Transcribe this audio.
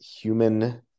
human